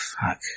fuck